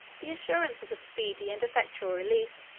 the assurances of speedy and effectual relief,